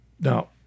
Now